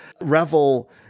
revel